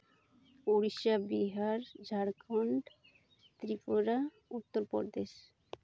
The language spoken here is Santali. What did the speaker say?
ᱩᱲᱤᱥᱥᱟ ᱵᱤᱦᱟᱨ ᱡᱷᱟᱲᱠᱷᱚᱸᱰ ᱛᱨᱤᱯᱩᱨᱟ ᱩᱛᱛᱚᱨᱯᱨᱚᱫᱮᱥ